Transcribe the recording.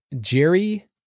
Jerry